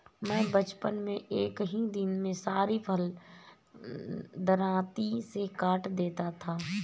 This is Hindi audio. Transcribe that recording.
मैं बचपन में एक ही दिन में सारी फसल दरांती से काट देता था